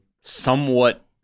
somewhat